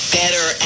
better